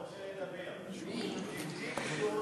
חבר הכנסת איתן ברושי, לא נמצא.